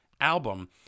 album